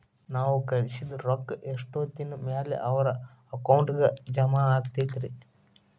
ನಾವು ಕಳಿಸಿದ್ ರೊಕ್ಕ ಎಷ್ಟೋತ್ತಿನ ಮ್ಯಾಲೆ ಅವರ ಅಕೌಂಟಗ್ ಜಮಾ ಆಕ್ಕೈತ್ರಿ?